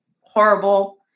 horrible